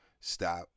Stop